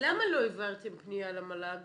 למה לא העברתם פנייה למל"ג?